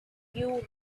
you